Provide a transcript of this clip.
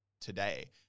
today